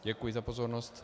Děkuji za pozornost.